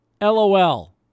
LOL